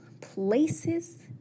places